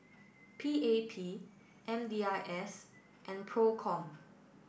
P A P M D I S and PROCOM